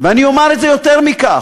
ואני אומר את זה יותר מכך,